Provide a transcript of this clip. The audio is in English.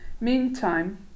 Meantime